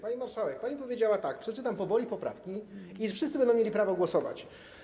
Pani marszałek, pani powiedziała tak: Przeczytam powoli poprawki i wszyscy będą mieli prawo głosować.